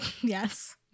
Yes